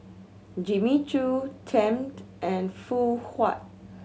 Jimmy Choo Tempt and Phoon Huat